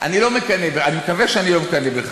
אני מקווה שאני לא מקנא בך,